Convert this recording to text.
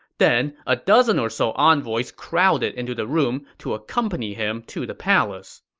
then, a dozen or so envoys crowded into the room to accompany him to the palace.